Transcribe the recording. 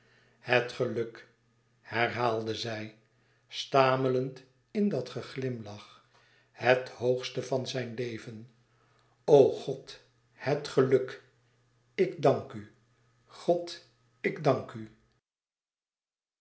het geluk herhaalde zij stamelend in dàt geglimlach het hoogste van zijn leven o god het geluk ik dank u god ik dank u